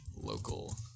local